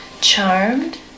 charmed